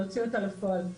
להוציא אותה לפועל.